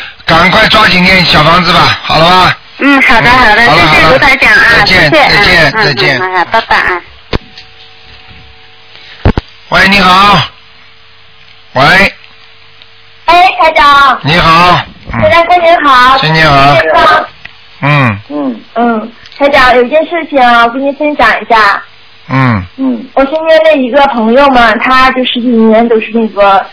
赶快抓紧念小房子吧，是。好了吧？嗯，好的，嗯，好的，好了，谢谢好了，卢台长啊，再见，谢谢啊，再见，嗯，再见。嗯，好呀，拜拜啊。喂，你好。喂。哎，台长。你好，嗯。大家过年好。新年好。新年好。嗯。嗯，嗯，台长，有件事情啊，我跟您分享一下。嗯。嗯，我身边的一个朋友嘛，他就十几年都是那个